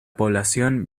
población